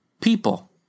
people